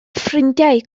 ffrindiau